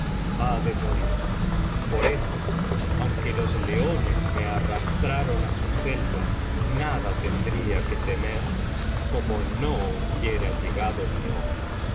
ha de morir por eso aunque los leones me arrastraran á su selva nada tendría que temer como no hubiera llegado mi hora los